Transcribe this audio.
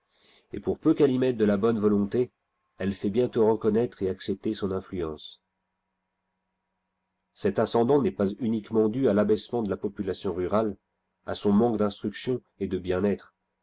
et pour peu qu'elle y mette de bonne volonté elle fait bientôt reconnaître et accepter son influence cet ascendant n'est pas uniquement dû à l'abaissement de la population rurale à son manque d'instruction et do bien-être